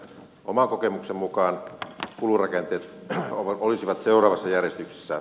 oman kokemukseni mukaan kulurakenteet olisivat seuraavassa järjestyksessä